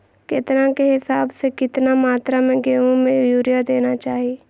केतना के हिसाब से, कितना मात्रा में गेहूं में यूरिया देना चाही?